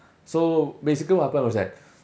so basically what happened was that